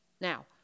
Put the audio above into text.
Now